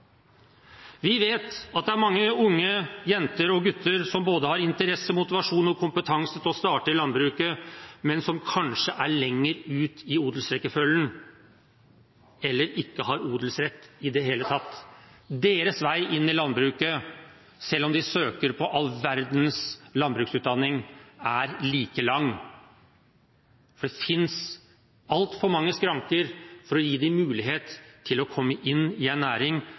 Vi vet at det er mange unge jenter og gutter som både har interesse og motivasjon for og kompetanse til å starte i landbruket, men som kanskje er lenger ut i odelsrekkefølgen, eller ikke har odelsrett i det hele tatt. Deres vei inn i landbruket, selv om de søker på all verdens landbruksutdanning, er like lang, for det finnes altfor mange skranker mot å gi dem mulighet til å komme inn i en næring,